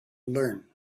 learn